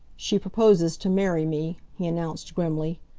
she proposes to marry me, he announced grimly.